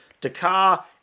Dakar